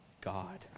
God